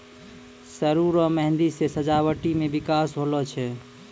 सरु रो मेंहदी से सजावटी मे बिकास होलो छै